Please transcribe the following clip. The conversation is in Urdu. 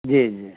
جی جی